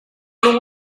lung